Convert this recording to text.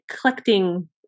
collecting